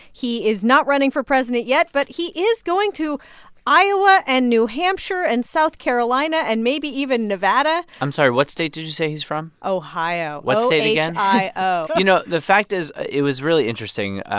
he is not running for president yet, but he is going to iowa and new hampshire and south carolina and maybe even nevada i'm sorry what state did you say he's from? ohio what state again? o h and i o you know, the fact is it was really interesting.